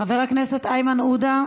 חבר הכנסת איימן עודה,